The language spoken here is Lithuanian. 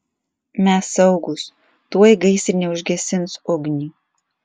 mes saugūs tuoj gaisrinė užgesins ugnį